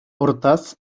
hortaz